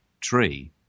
tree